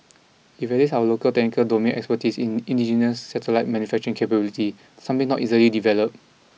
it our local technical domain expertise in indigenous satellite manufacturing capability something not easily developed